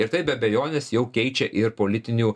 ir tai be abejonės jau keičia ir politinių